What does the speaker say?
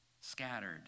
scattered